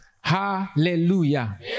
Hallelujah